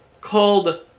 called